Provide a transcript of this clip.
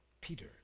Peter